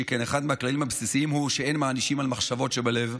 שכן אחד הכללים הבסיסיים הוא שאין מענישים על מחשבות שבלב.